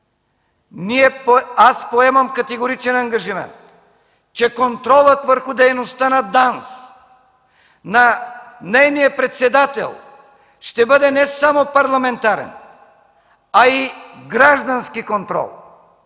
аз поемам категоричен ангажимент, че контролът върху дейността на ДАНС, на нейния председател ще бъде не само парламентарен, а и граждански контрол.